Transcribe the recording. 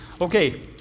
Okay